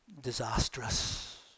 disastrous